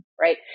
right